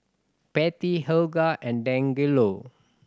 Pattie Helga and Dangelo